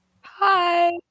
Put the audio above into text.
Hi